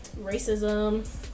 racism